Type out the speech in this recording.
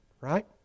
right